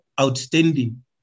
outstanding